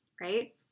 right